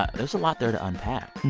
ah there's a lot there to unpack